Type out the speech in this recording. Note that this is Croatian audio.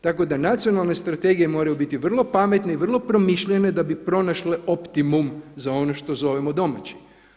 Tako da nacionalne strategije moraju biti vrlo pametne i vrlo promišljene da bi pronašle optimum za ono što zovemo domaći.